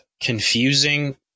confusing